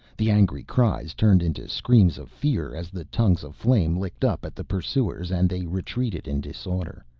the angry cries turned into screams of fear as the tongues of flame licked up at the pursuers and they retreated in disorder.